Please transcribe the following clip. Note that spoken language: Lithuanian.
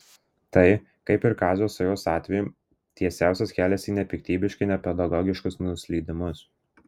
tai kaip ir kazio sajos atveju tiesiausias kelias į nepiktybiškai nepedagogiškus nuslydimus